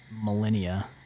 millennia